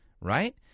right